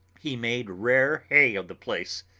he made rare hay of the place.